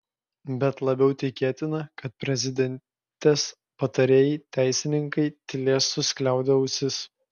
bet labiau tikėtina kad prezidentės patarėjai teisininkai tylės suskliaudę ausis